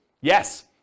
Yes